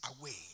away